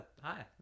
Hi